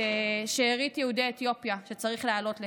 את שארית יהודי אתיופיה שצריך להעלות לכאן.